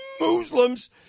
Muslims